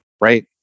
Right